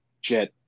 Jet